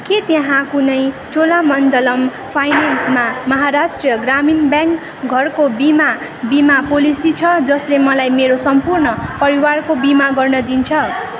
के त्यहाँ कुनै चोलामण्डलं फाइनेन्समा महाराष्ट्र ग्रामीण ब्याङ्क घरको बिमा बिमा पोलिसी छ जसले मलाई मेरो सम्पूर्ण परिवारको बिमा गर्न दिन्छ